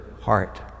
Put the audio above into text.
heart